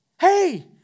Hey